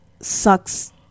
sucks